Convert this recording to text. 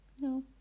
No